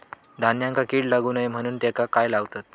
धान्यांका कीड लागू नये म्हणून त्याका काय लावतत?